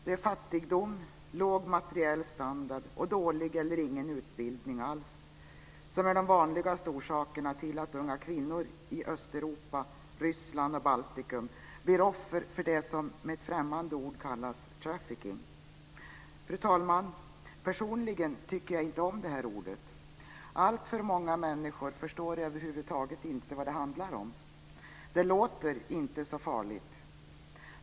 Det är fattigdom, låg materiell standard och dålig eller ingen utbildning alls som är de vanligaste orsakerna till att unga kvinnor i Östeuropa, Ryssland och Baltikum blir offer för det som med ett främmande ord kallas trafficking. Fru talman! Personligen tycker jag inte om det ordet. Alltför många människor förstår över huvud taget inte vad det handlar om. Det låter inte så farligt.